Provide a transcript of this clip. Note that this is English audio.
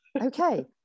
Okay